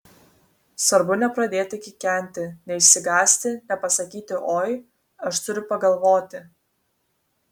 svarbu nepradėti kikenti neišsigąsti nepasakyti oi aš turiu pagalvoti